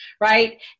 Right